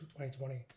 2020